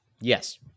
Yes